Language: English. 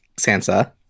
Sansa